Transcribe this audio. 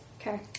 Okay